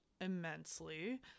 immensely